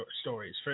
stories